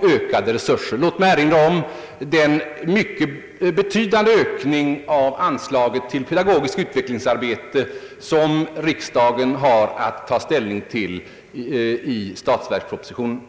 — ökade resurser. Låt mig erinra om den betydande ökning av anslaget till pedagogiskt utvecklingsarbete som riksdagen har att ta ställning till i statsverkspropositionen.